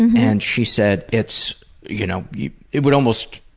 and she said it's you know yeah it would almost,